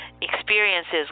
experiences